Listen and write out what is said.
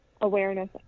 Awareness